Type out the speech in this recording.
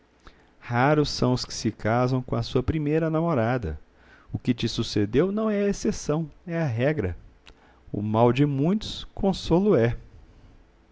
raros são os que se casam com a sua primeira namorada o que te sucedeu não é a exceção é a regra o mal de muitos consolo